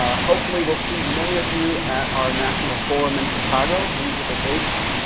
ah hopefully we'll see many of you at our national forum in chicago. these are the dates.